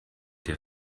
der